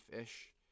ish